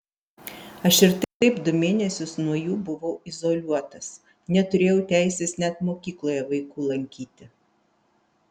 aš ir taip du mėnesius nuo jų buvau izoliuotas neturėjau teisės net mokykloje vaikų lankyti